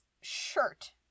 shirt